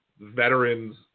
veterans